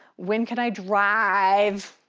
when can i drive?